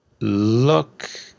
look